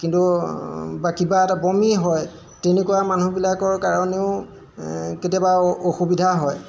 কিন্তু বা কিবা এটা বমি হয় তেনেকুৱা মানুহবিলাকৰ কাৰণেও কেতিয়াবা অসুবিধা হয়